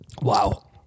Wow